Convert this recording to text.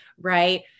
right